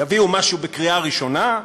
יביאו משהו לקריאה ראשונה,